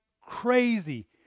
crazy